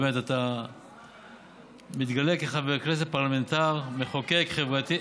באמת אתה מתגלה כחבר כנסת, פרלמנטר, מחוקק חברתי,